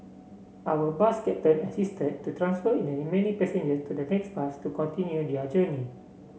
our bus captain assisted to transfer the remaining passenger to the next bus to continue their journey